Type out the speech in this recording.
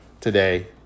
today